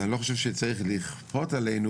אז אני לא חושב שצריך לכפות עלינו